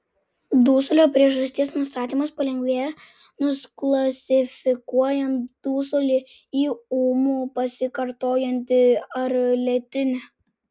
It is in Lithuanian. dusulio priežasties nustatymas palengvėja suklasifikuojant dusulį į ūmų pasikartojantį ar lėtinį